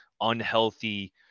unhealthy